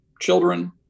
children